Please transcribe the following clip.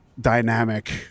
dynamic